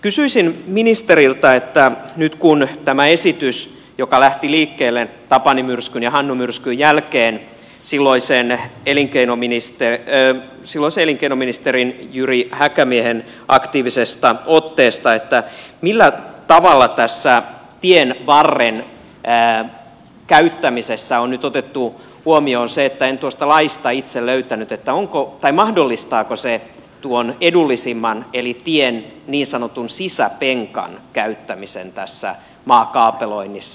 kysyisin ministeriltä että nyt kun tämä esitys lähti liikkeelle tapani myrskyn ja hannu myrskyn jälkeen silloisen elinkeinoministerin jyri häkämiehen aktiivisesta otteesta millä tavalla tässä tienvarren käyttämisessä on nyt otettu huomioon se en tuosta laista sitä itse löytänyt mahdollistaako se tuon edullisimman paikan eli tien niin sanotun sisäpenkan käyttämisen tässä maakaapeloinnissa